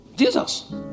Jesus